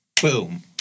Boom